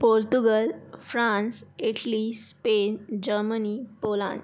Portugal France Italy Spain Germany Poland